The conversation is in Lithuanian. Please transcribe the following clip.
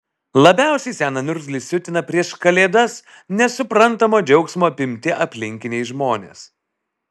labiausiai seną niurzglį siutina prieš kalėdas nesuprantamo džiaugsmo apimti aplinkiniai žmonės